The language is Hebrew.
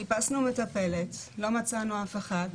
חיפשנו מטפלת אבל לא מצאנו אף אחת,